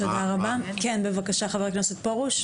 תודה רבה, כן בבקשה , חבר הכנסת פורוש.